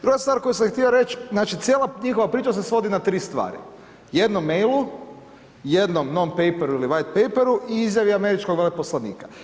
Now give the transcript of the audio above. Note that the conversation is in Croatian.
Druga stvar koju sam htio reć, znači, cijela njihova priča se svodi na 3 stvari, jednom mailu, jednom non paperu ili white paperu i izjavi američkog veleposlanika.